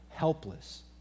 helpless